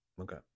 Okay